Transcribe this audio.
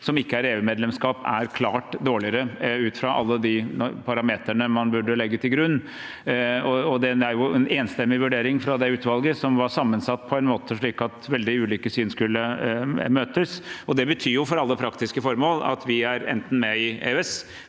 som ikke er EU-medlemskap, er klart dårligere – ut fra alle de parametrene man burde legge til grunn. Det er en enstemmig vurdering fra det utvalget, som var sammensatt slik at veldig ulike syn skulle møtes. Det betyr for alle praktiske formål at enten er vi med i EØS,